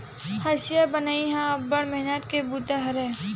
हँसिया बनई ह अब्बड़ मेहनत के बूता हरय